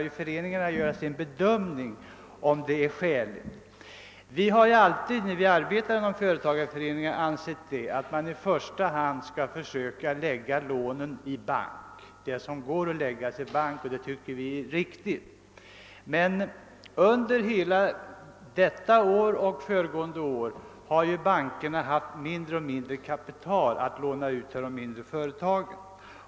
Föreningarna har till uppgift att bedöma, om framställningarna är skäliga. Inom företagarföreningarna har vi alltid ansett att företagen i första hand bör försöka lägga sina lån i bank. Under hela detta år och föregående år har emellertid bankerna haft allt mindre kapital att låna ut till de mindre företagen.